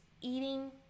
eating